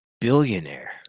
billionaire